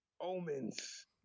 Omens